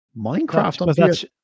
Minecraft